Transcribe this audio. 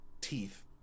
teeth